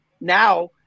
now